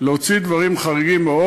להוציא דברים חריגים מאוד.